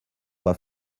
pas